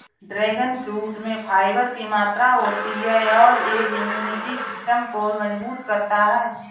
dragon fruit में fibre की मात्रा होती है और यह इम्यूनिटी सिस्टम को मजबूत करता है